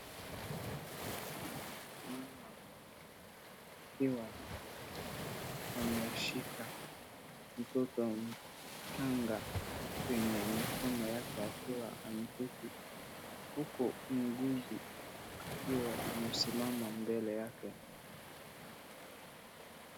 Mama akiwa ameshika mtoto mchanga kwenye mikono yake akiwa ameketi, huku muugizi akiwa amesimama mbele yake.